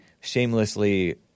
shamelessly